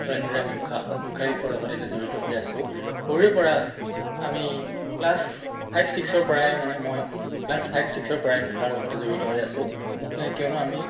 আৰু এনেদৰে আমি মুখা মুখা শিল্পৰ লগত এতিয়া জড়িত হৈ আছোঁ সৰুৰেপৰা আমি ক্লাছ ফাইভ ছিক্সৰপৰাই মানে মই ক্লাছ ফাইভ ছিক্সৰপৰাই মুখাৰ লগতে জড়িত হৈ আছো কিয়নো আমি